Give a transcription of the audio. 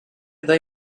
they